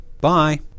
Bye